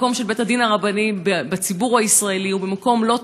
המקום של בית-הדין הרבני בציבור הישראלי הוא מקום לא טוב,